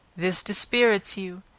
this dispirits you,